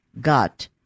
got